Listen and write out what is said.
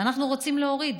ואנחנו רוצים להוריד.